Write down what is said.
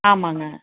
ஆமாங்க